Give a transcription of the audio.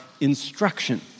instruction